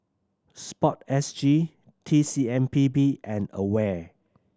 SPORTSG T C M P B and AWARE